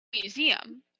Museum